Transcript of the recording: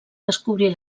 descobrir